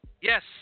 Yes